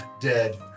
dead